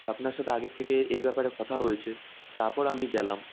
আপনার সাথে আগের থেকে এই ব্যাপারে কথা হয়েছে তারপর আমি গেলাম